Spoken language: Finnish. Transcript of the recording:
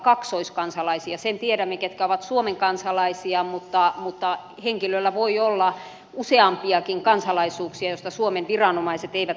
sen tiedämme ketkä ovat suomen kansalaisia mutta henkilöllä voi olla useampiakin kansalaisuuksia joista suomen viranomaiset eivät edes tiedä